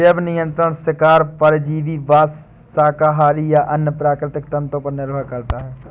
जैव नियंत्रण शिकार परजीवीवाद शाकाहारी या अन्य प्राकृतिक तंत्रों पर निर्भर करता है